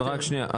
רק שנייה,